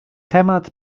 temat